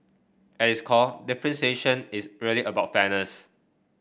at its core differentiation is really about fairness